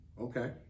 Okay